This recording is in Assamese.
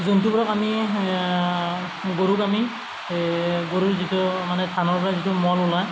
জন্তুবোৰক আমি গৰুক আমি গৰুৰ যিটো মানে ধানৰপৰা যিটো মল ওলাই